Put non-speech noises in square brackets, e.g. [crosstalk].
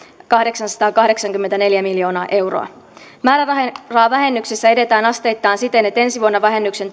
kahdeksansataakahdeksankymmentäneljä miljoonaa euroa määrärahavähennyksissä edetään asteittain siten että ensi vuonna vähennyksen [unintelligible]